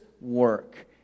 work